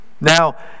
Now